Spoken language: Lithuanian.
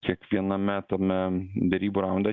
kiekviename tame derybų raunde